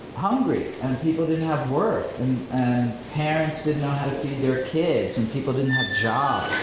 hungry and people didn't have work parents didn't know how to feed their kids and people didn't have jobs.